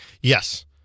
Yes